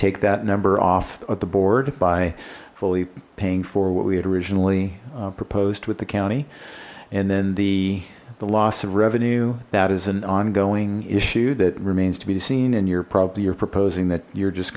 take that number off at the board by fully paying for what we originally proposed with the county and then the loss of revenue that is an ongoing issue that remains to be seen and your property you're proposing that you're just